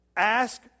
Ask